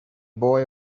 boy